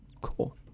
cool